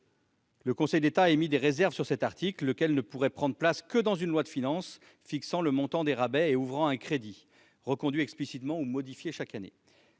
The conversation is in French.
Le Conseil d'État a émis des réserves sur cet article, qui ne pourrait prendre place que dans une loi de finances, fixant le montant des rabais et ouvrant un crédit, reconduit explicitement ou modifié chaque année.